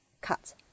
cut